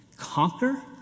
conquer